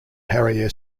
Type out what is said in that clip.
harry